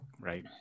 Right